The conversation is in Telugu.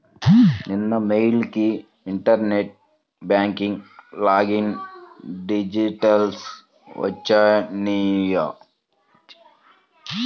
నిన్న మెయిల్ కి ఇంటర్నెట్ బ్యేంక్ లాగిన్ డిటైల్స్ వచ్చినియ్యి